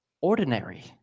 ordinary